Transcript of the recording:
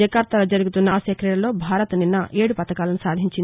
జకర్తాలో జరుగుతున్న ఆసియా క్రీడల్లో భారత్ నిన్న ఏదు పతకాలన సాధించింది